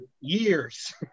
years